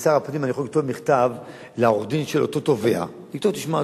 כשר הפנים אני יכול לכתוב מכתב לעורך-דין של אותו תובע: תשמע,